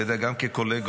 אתה יודע, גם כקולגות.